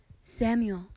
Samuel